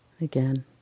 Again